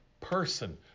person